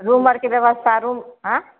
room आरके व्यवस्था room आँ